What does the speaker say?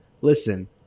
listen